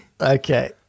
Okay